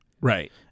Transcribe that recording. Right